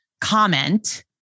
comment